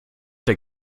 der